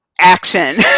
action